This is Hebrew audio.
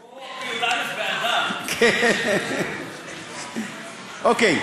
באדר, אוקיי.